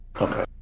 Okay